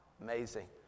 Amazing